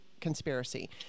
conspiracy